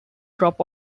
drop